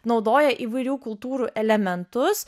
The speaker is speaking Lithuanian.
naudoja įvairių kultūrų elementus